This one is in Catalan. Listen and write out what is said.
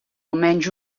almenys